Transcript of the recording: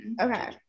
okay